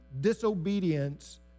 disobedience